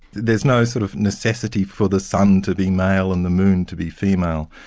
there's no sort of necessity for the sun to be male and the moon to be female,